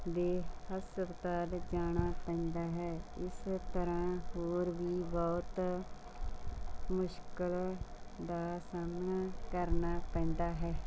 ਦੇ ਹਸਪਤਾਲ ਜਾਣਾ ਪੈਂਦਾ ਹੈ ਇਸ ਤਰ੍ਹਾਂ ਹੋਰ ਵੀ ਬਹੁਤ ਮੁਸ਼ਕਲ ਦਾ ਸਾਹਮਣਾ ਕਰਨਾ ਪੈਂਦਾ ਹੈ